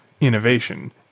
innovation